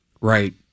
right